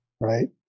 right